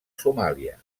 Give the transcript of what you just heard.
somàlia